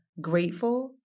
grateful